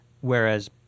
Whereas